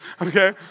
okay